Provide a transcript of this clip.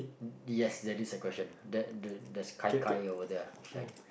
yes that is a question there the there's Kai-Kai over there ah which I